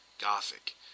gothic